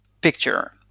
picture